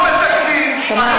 הממשלה הזו חודש, אין שרים.